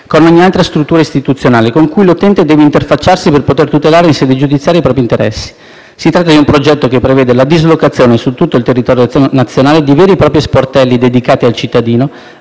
con ogni altra struttura istituzionale con cui l'utente deve interfacciarsi per poter tutelare in sede giudiziaria i propri interessi. Si tratta di un progetto che prevede la dislocazione su tutto il territorio nazionale di veri e propri sportelli dedicati al cittadino,